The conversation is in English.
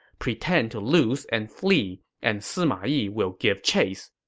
pretend to lose and flee, and sima yi will give chase.